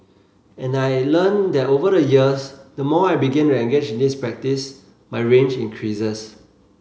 and I learnt that over the years the more I begin to engage in this practice my range increases